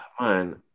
man